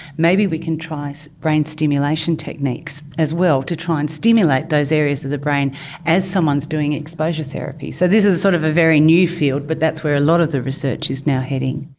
maybe we can try so brain stimulation techniques as well to try and stimulate those areas of the brain as someone is doing exposure therapy. so this is sort of a very new field but that's where a lot of the research is now heading.